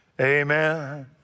Amen